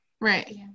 right